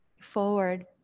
forward